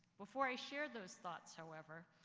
before i share those thoughts, however,